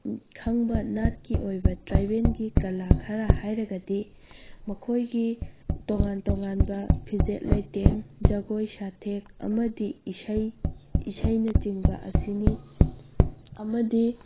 ꯈꯪꯕ ꯅꯥꯠꯀꯤ ꯑꯣꯏꯕ ꯇꯔꯥꯏꯕꯦꯜꯒꯤ ꯀꯂꯥ ꯈꯔ ꯍꯥꯏꯔꯒꯗꯤ ꯃꯈꯣꯏꯒꯤ ꯇꯣꯉꯥꯟ ꯇꯣꯉꯥꯟꯕ ꯐꯤꯖꯦꯠ ꯂꯩꯇꯦꯡ ꯖꯒꯣꯏ ꯁꯊꯦꯛ ꯑꯃꯗꯤ ꯏꯁꯩ ꯏꯁꯩꯅꯆꯤꯡꯕ ꯑꯁꯤꯅꯤ ꯑꯃꯗꯤ